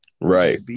Right